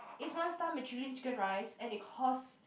it's one star Michelin chicken rice and it costs